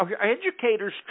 educators